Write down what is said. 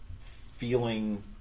feeling